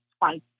twice